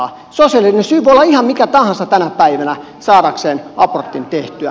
sosiaalinen syy voi olla ihan mikä tahansa tänä päivänä saadakseen abortin tehtyä